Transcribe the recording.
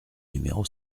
numéro